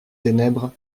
ténèbres